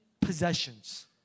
possessions